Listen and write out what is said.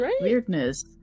weirdness